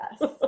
Yes